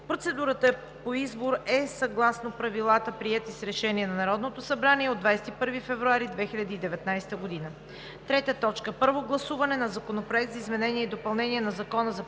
Процедурата по избор е съгласно правила, приети с Решение на Народното събрание от 21 февруари 2019 г. 3. Първо гласуване на Законопроекта за изменение и допълнение на Закона за публичните